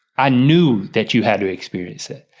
i knew that you had to experience it.